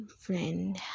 friend